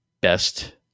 best